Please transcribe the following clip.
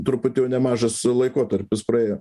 truputį jau nemažas laikotarpis praėjo